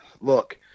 look